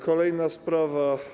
Kolejna sprawa.